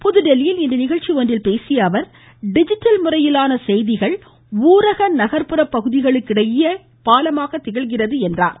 புதுதில்லியில் இன்று நிகழ்ச்சி ஒன்றில் பேசிய அவர் டிஜிட்டல் முறையிலான செய்திகள் ஊரக நகர்ப்புற பகுதிகளுக்கு இடையே பாலமாக திகழ்கிறது என்றார்